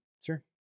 Sure